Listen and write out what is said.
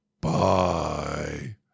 Bye